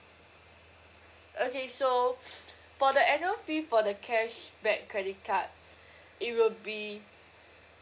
okay so for the annual fee for the cashback credit card it will be